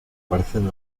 parecen